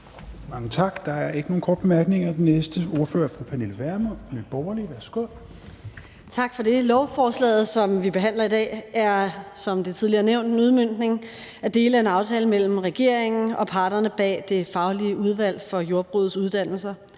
Mange tak. Der er ikke nogen korte bemærkninger. Den næste ordfører er fru Pernille Vermund, Nye Borgerlige. Værsgo. Kl. 11:42 (Ordfører) Pernille Vermund (NB): Tak for det. Lovforslaget, som vi behandler i dag, er, som det tidligere er nævnt, en udmøntning af dele af en aftale, der er indgået mellem regeringen og parterne bag Det faglige udvalg for Jordbrugets Uddannelser,